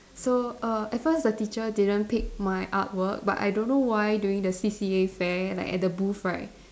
so err at first the teacher didn't pick my artwork but I don't know why during the C_C_A fair like at the booth right